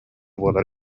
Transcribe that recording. буолар